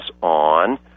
on